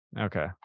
Okay